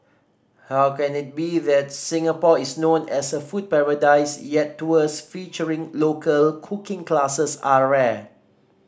how can it be that Singapore is known as a food paradise yet tours featuring local cooking classes are rare